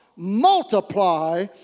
multiply